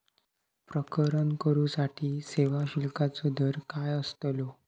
प्रकरण करूसाठी सेवा शुल्काचो दर काय अस्तलो?